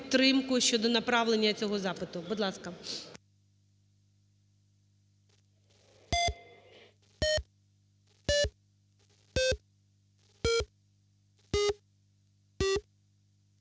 підтримку щодо направлення цього запиту. Будь ласка.